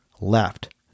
left